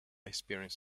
experience